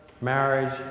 marriage